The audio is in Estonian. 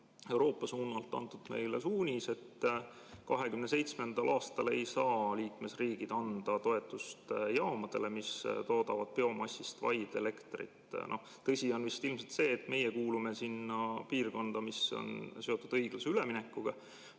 Euroopa suunalt antud meile suunis, et 2027. aastal ei saa liikmesriigid anda toetust jaamadele, mis toodavad biomassist vaid elektrit. Tõsi on ilmselt see, et meie kuulume sellesse piirkonda, mis on seotud õiglase üleminekuga,